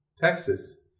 Texas